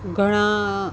ઘણા